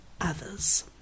others